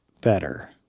better